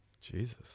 Jesus